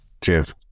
Cheers